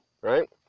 right